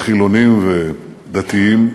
חילונים ודתיים,